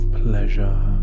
pleasure